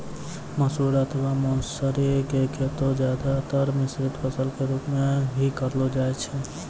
मसूर अथवा मौसरी के खेती ज्यादातर मिश्रित फसल के रूप मॅ हीं करलो जाय छै